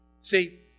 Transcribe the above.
see